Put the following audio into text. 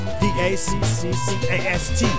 d-a-c-c-c-a-s-t